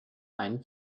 einen